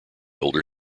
older